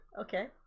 okay